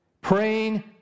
praying